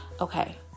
okay